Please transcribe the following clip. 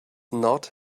not